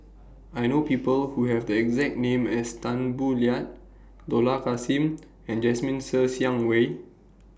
I know People Who Have The exact name as Tan Boo Liat Dollah Kassim and Jasmine Ser Xiang Wei